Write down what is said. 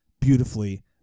beautifully